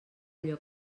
allò